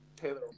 Taylor